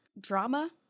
drama